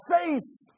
face